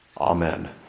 Amen